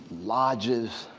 lodges,